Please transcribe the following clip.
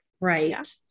Right